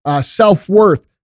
self-worth